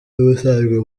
n’ubusanzwe